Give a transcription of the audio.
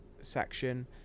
section